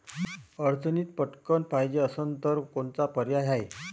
अडचणीत पटकण पायजे असन तर कोनचा पर्याय हाय?